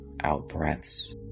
out-breaths